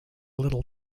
little